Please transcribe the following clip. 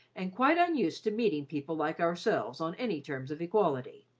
and quite unused to meeting people like ourselves on any terms of equality.